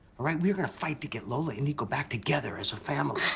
alright? we are going to fight to get lola and nico back together. as a family.